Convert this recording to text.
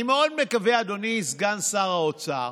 אני מאוד מקווה, אדוני סגן שר האוצר,